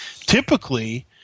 typically